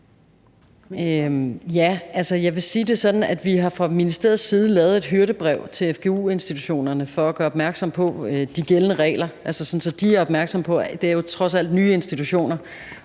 Altså, jeg vil sige det sådan, at vi fra ministeriets side har lavet et hyrdebrev til fgu-institutionerne for at gøre opmærksom på de gældende regler, sådan at de er opmærksomme på det. Det er jo trods alt nye institutioner,